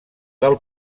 del